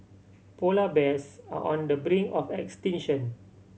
polar bears are on the brink of extinction